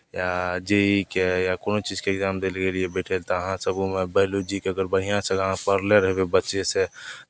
या जे इ इ के या कोनो चीजके एग्जाम दै लेल गेलियै बैठै लए तऽ अहाँसभ ओहोमे बाइलोजीके अगर बढ़िआँसँ अहाँ पढ़ने रहबै बच्चेसँ